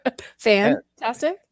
fantastic